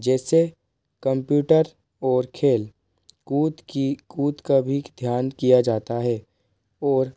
जैसे कंप्यूटर और खेल कूद की खुद का भी ध्यान किया जाता है और